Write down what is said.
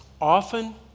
Often